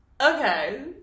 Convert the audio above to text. Okay